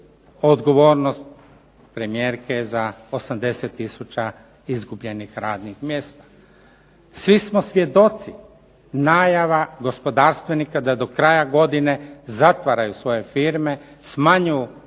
odgovornost premijerke za 80000 izgubljenih radnih mjesta. Svi smo svjedoci najava gospodarstvenika da do kraja godine zatvaraju svoje firme, smanjuju